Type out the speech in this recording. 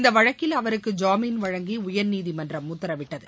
இந்த வழக்கில் அவருக்கு ஜாமீன் வழங்கி உயர்நீதிமன்றம் உத்தரவிட்டது